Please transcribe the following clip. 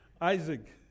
Isaac